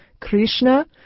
Krishna